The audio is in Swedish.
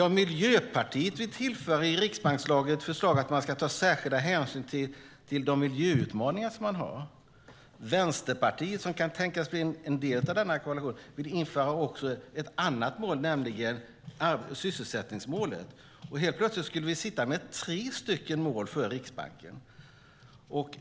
Miljöpartiet vill i riksbankslagen införa förslaget att särskild hänsyn ska tas till de miljöutmaningar man har. Vänsterpartiet, som kan tänkas bli en del av koalitionen, vill införa ett annat mål, nämligen sysselsättningsmålet. Helt plötsligt skulle vi sitta med tre mål för Riksbanken.